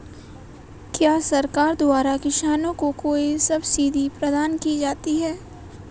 क्या सरकार द्वारा किसानों को कोई सब्सिडी प्रदान की जाती है?